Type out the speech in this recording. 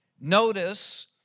Notice